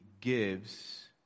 gives